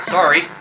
Sorry